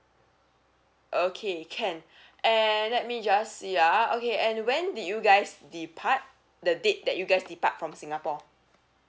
okay can and let me just see ah okay and when did you guys depart the date that you guys depart from singapore